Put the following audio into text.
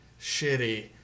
shitty